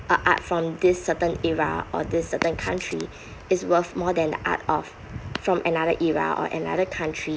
a~ art from this certain era or this certain country is worth more than the art of from another era or another country